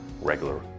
regular